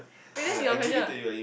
wait that's your question